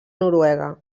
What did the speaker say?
noruega